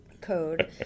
code